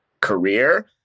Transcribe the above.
career